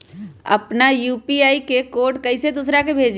अपना यू.पी.आई के कोड कईसे दूसरा के भेजी?